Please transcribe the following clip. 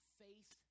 faith